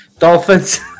Dolphins